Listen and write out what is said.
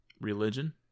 religion